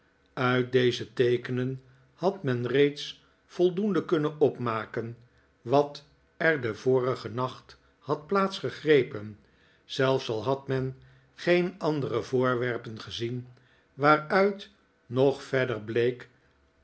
uit deze teekenen had men reeds voldoende kunnen opmaken wat er den vorigen nacht had plaats gegrepen zelfs al had men geen andere voorwerpen gezien waaruit nog verder bleek